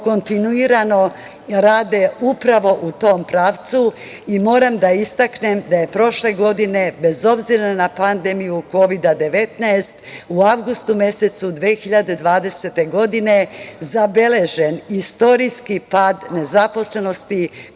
kontinuirano rade upravo u tom pravcu. Moram da istaknem da je prošle godine bez obzira na pandemiju Kovida – 19 u avgustu mesecu 2020. godine, zabeležen istorijski pad nezaposlenosti